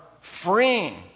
freeing